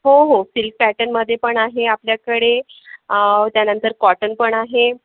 हो हो सिल्क पॅटर्नमध्ये पण आहे आपल्याकडे त्यानंतर कॉटन पण आहे